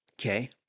Okay